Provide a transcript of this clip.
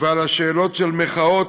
ועל שאלות של מחאות,